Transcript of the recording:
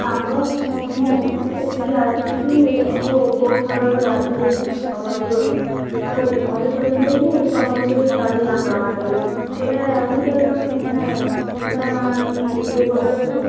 ସାଙ୍ଗ ମୁଁ ଏଠିକି ଆସିଛି ଆଉ ବହୁତ ଥର ବି ଆସିଲିଣି ସମ୍ବଲପୁରରୁ ଆଉ ଘରେ କହିଥିଲେ ଯେ ସମ୍ବଲପୁରୀ ଶାଢୀ ଆଣି ଦବାର୍ ଲାଗି ବୋଇଲେ ମୁଇଁ ତ ଇନର୍ କିଛି ନାଇଁ ଜାନି କେନ୍ତା କାଣା ନେବି ଟିକେ କହିଦେବେ ତ